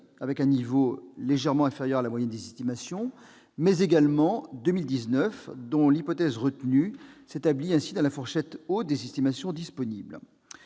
avec un niveau légèrement inférieur à la moyenne des estimations, mais aussi 2019, l'hypothèse retenue s'établissant ainsi dans la fourchette haute des estimations disponibles.